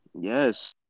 Yes